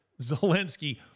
Zelensky